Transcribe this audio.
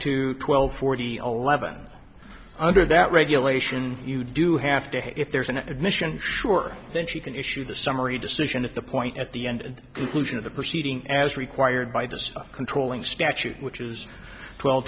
to twelve forty eleven under that regulation you do have to if there is an admission sure then she can issue the summary decision at the point at the end conclusion of the proceeding as required by the controlling statute which is twelve